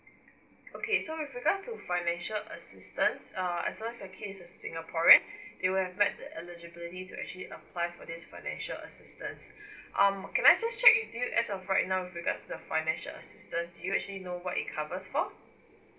okay so with regards to financial assistance err as long as your kid is a singaporean they would have met the eligibility to actually apply for this financial assistance um can I just check with you as of right now with regards the financial assistance do you actually know what it covers for